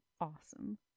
awesome